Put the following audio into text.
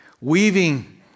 Weaving